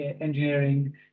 engineering